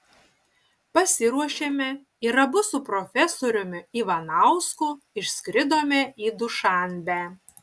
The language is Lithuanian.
pasiruošėme ir abu su profesoriumi ivanausku išskridome į dušanbę